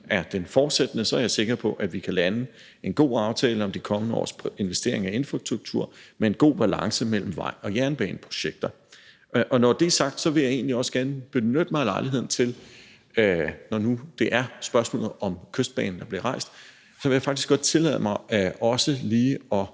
linje fortsætter, er jeg sikker på, at vi kan lande en god aftale om de kommende års investeringer i infrastruktur med en god balance mellem vej- og jernbaneprojekter. Når det er sagt, vil jeg egentlig også gerne benytte mig af lejligheden til, når nu det er spørgsmål om Kystbanen, der bliver rejst, også lige at tillade mig at